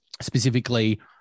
specifically